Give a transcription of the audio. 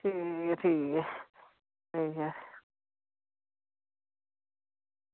ठीक ऐ ठीक ऐ ठीक ऐ